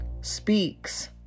speaks